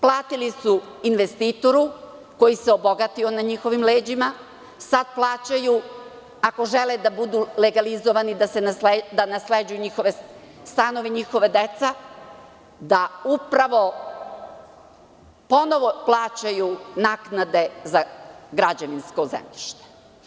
Platili su investitoru koji se obogatio na njihovim leđima, a sada plaćaju ako žele da budu legalizovani, da nasleđuju njihove stanove njihova deca, da upravo ponovo plaćaju naknade za građevinsko zemljište.